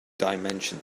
dimension